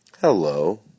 Hello